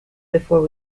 before